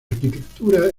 arquitectura